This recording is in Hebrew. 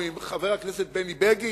או עם חבר הכנסת בני בגין,